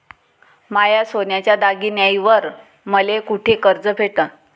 माया सोन्याच्या दागिन्यांइवर मले कुठे कर्ज भेटन?